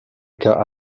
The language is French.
cas